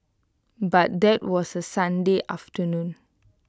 but that was A Sunday afternoon